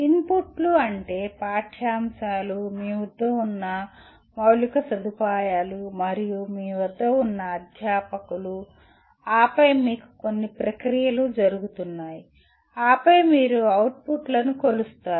ఇన్పుట్లు అంటే పాఠ్యాంశాలు మీ వద్ద ఉన్న మౌలిక సదుపాయాలు మరియు మీ వద్ద ఉన్న అధ్యాపకులు ఆపై మీకు కొన్ని ప్రక్రియలు జరుగుతున్నాయి ఆపై మీరు అవుట్పుట్లను కొలుస్తారు